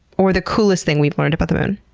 or the coolest thing we've learned about the moon?